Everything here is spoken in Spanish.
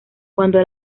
cuando